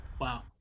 Wow